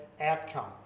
outcome